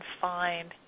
find